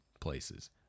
places